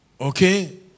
Okay